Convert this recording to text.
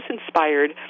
inspired